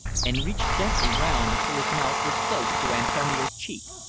and reached gently round until his mouth was close to antonio's cheek,